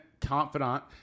confidant